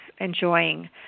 enjoying